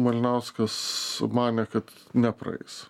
malinauskas manė kad nepraeis